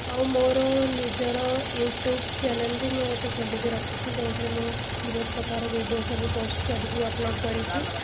ଆଉ ମୋର ନିଜର ୟୁଟ୍ୟୁବ୍ ଚ୍ୟାନେଲ୍ ବି ମୁଁ ଗୋଟେ ଖୋଲିକି ରଖିବା ଯେଉଁଥିରେ ମୁଁ ବହୁତ ପ୍ରକାର ଭିଡ଼ିଓ ସବୁ ପୋଷ୍ଟ କରିକି ଅପଲୋଡ଼୍ କରିଛି